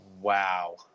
Wow